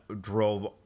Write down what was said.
drove